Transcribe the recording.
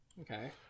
Okay